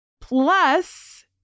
Plus